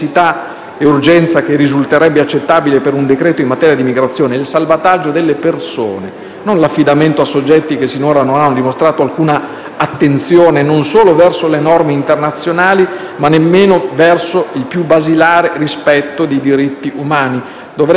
e urgenza che risulterebbe accettabile per un decreto-legge in materia di immigrazione, il salvataggio delle persone, non l'affidamento a soggetti che finora non hanno dimostrato alcuna attenzione non solo verso le norme internazionali ma nemmeno verso il più basilare rispetto di diritti umani.